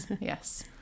yes